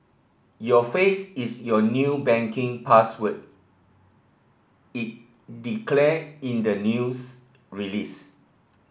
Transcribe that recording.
your face is your new banking password it declare in the news release